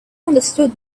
understood